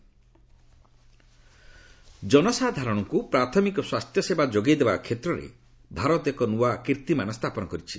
ଆୟୁଷ୍ମାନ ଭାରତ ଜନସାଧାରଣଙ୍କୁ ପ୍ରାଥମିକ ସ୍ୱାସ୍ଥ୍ୟସେବା ଯୋଗାଇଦେବା କ୍ଷେତ୍ରରେ ଭାରତ ଏକ ନୃତନ କୀର୍ଭିମାନ ସ୍ଥାପନ କରିଛି